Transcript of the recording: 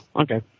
okay